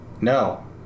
No